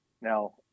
Now